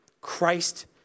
Christ